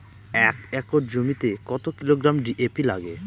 এক একর জমিতে কত কিলোগ্রাম ডি.এ.পি লাগে?